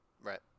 Right